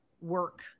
work